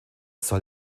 soll